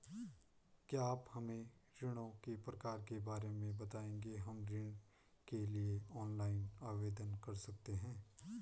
क्या आप हमें ऋणों के प्रकार के बारे में बताएँगे हम ऋण के लिए ऑनलाइन आवेदन कर सकते हैं?